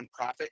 nonprofit